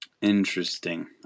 interesting